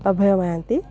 Abhay Mohanty